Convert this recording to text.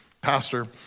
pastor